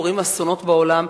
קורים אסונות בעולם,